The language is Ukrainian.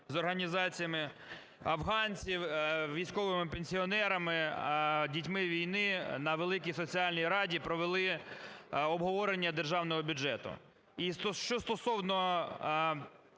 з організаціями афганців, військовими пенсіонерами, дітьми війни на великій соціальній раді провели обговорення Державного бюджету. І що стосовно